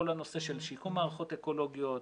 כל הנושא של שיקום מערכות אקולוגיות,